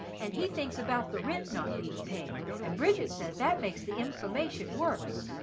and he thinks about the rent not being paid, and bridget says that makes the inf'ammation worse.